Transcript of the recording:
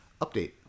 update